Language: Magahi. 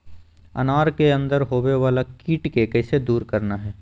अनार के अंदर होवे वाला कीट के कैसे दूर करना है?